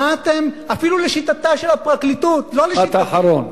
אפילו לשיטתה של הפרקליטות, משפט אחרון.